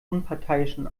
unparteiischen